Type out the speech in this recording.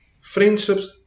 friendships